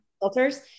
filters